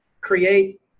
create